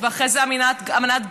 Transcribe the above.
כינרת, ואחרי זה אמנת גביזון-מדן,